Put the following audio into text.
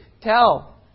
tell